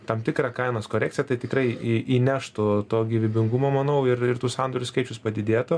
tam tikra kainos korekcija tai tikrai į įneštų to gyvybingumo manau ir ir tų sandorių skaičius padidėtų